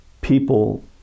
people